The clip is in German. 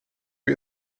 wir